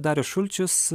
darius šulčius